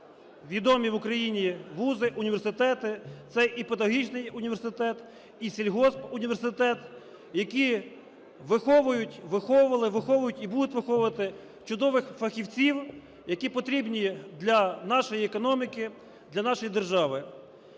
відомі в Україні вузи, університети. Це і педагогічний університет, і сільгоспуніверситет, які виховують, виховували, виховують і будуть виховувати чудових фахівців, які потрібні для нашої економіки, для нашої держави.